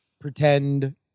pretend